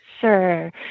Sure